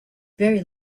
very